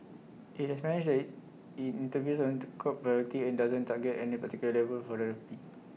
IT has managed IT intervenes to curb volatility and doesn't target any particular level for the rupee